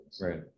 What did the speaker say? right